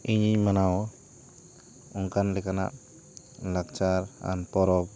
ᱤᱧᱤᱧ ᱢᱟᱱᱟᱣ ᱚᱱᱠᱟᱱ ᱞᱮᱠᱟᱱᱟᱜ ᱞᱟᱠᱪᱟᱨᱼᱟᱱ ᱯᱚᱨᱚᱵᱽ